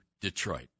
Detroit